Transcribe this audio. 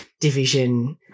division